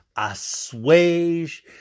assuage